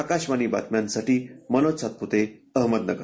आकाशवाणीबातम्यांसाठी Manoj Satpute Ahmednagar